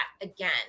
again